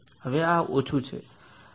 હવે આ ઓછું છે